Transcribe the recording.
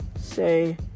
say